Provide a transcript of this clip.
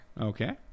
Okay